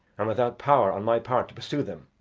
and without power on my part to pursue them,